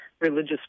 religious